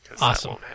Awesome